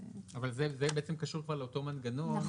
אבל זה קשור כבר לאותו מנגנון,